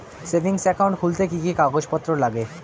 Savings account খুলতে কি কি কাগজপত্র লাগে?